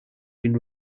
been